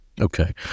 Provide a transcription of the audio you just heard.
Okay